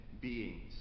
beings